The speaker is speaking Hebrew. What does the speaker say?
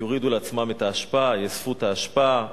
יורידו לעצמם את האשפה, יאספו את האשפה,